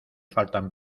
faltan